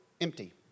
empty